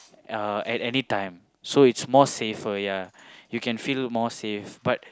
uh at anytime so is more safer ya you can feel more safe but